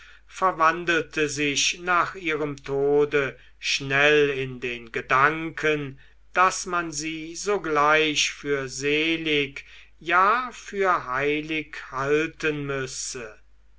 verwandelte sich nach ihrem tode schnell in den gedanken daß man sie sogleich für selig ja für heilig halten müsse